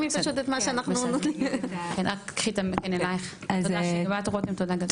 תודה שבאת רותם ותודה גלית.